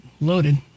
loaded